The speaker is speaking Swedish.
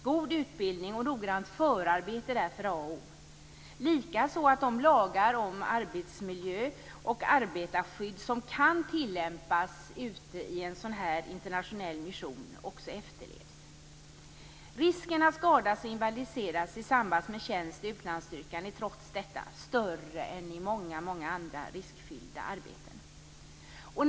God utbildning och noggrant förarbete är därför a och o, och likaså att de lagar om arbetsmiljö och arbetarskydd som kan tillämpas ute i en internationell mission också efterlevs. Risken att skadas och invalidiseras i samband med tjänst i utlandsstyrkan är trots detta större än i många andra riskfyllda arbeten.